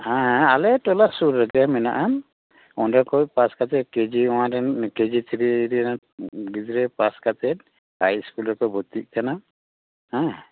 ᱦᱮᱸ ᱟᱞᱮ ᱴᱚᱞᱟ ᱥᱩᱨ ᱨᱮᱜᱮ ᱢᱮᱱᱟᱜ ᱟᱱ ᱚᱸᱰᱮ ᱠᱷᱚᱡ ᱯᱟᱥ ᱠᱟᱛᱮ ᱠᱮᱡᱤ ᱳᱭᱟᱱ ᱨᱮᱱ ᱠᱮᱡᱤ ᱛᱷᱤᱨᱤ ᱨᱮᱱ ᱜᱤᱫᱽᱨᱟᱹ ᱯᱟᱥ ᱠᱟᱛᱮ ᱦᱟᱭ ᱤᱥᱠᱩᱞ ᱨᱮᱠᱚ ᱵᱷᱚᱨᱛᱤᱜ ᱠᱟᱱᱟ ᱦᱮᱸ